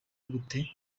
gute